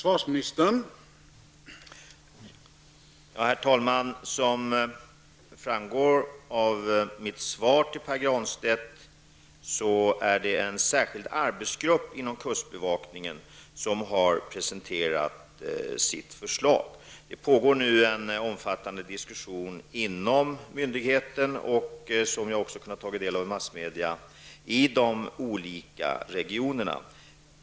Herr talman! Som framgår av mitt svar till Pär Granstedt är det en särskild arbetsgrupp inom kustbevakningen som har presenterat sitt förslag. Det pågår nu en omfattande diskussion inom myndigheten, vilket vi också har kunnat ta del av i massmedia, i de olika regionerna.